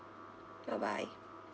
bye bye